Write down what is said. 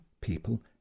people